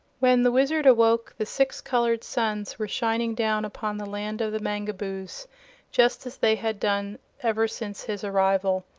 when the wizard awoke the six colored suns were shining down upon the land of the mangaboos just as they had done ever since his arrival.